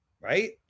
right